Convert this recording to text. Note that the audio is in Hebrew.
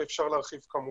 ואפשר להרחיב כמובן.